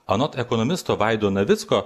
anot ekonomisto vaido navicko